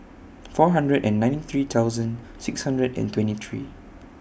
four hundred and ninety three thousand six hundred and twenty three